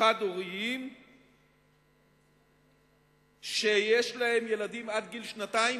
חד-הוריים בכל הארץ שיש להם ילדים עד גיל שנתיים,